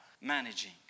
managing